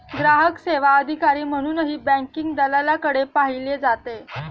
ग्राहक सेवा अधिकारी म्हणूनही बँकिंग दलालाकडे पाहिले जाते